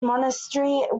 monastery